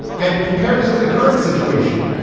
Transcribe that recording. and compare this to the current situation.